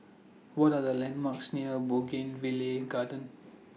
What Are The landmarks near Bougainvillea Garden